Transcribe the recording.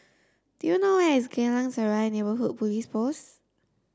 do you know where is Geylang Serai Neighbourhood Police Post